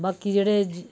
बाकी जेह्डे